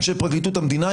אנשי פרקליטות המדינה,